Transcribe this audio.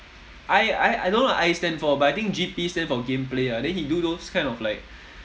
I I I don't know what I stands for but I know G_P stands for game play ah then he do those kind of like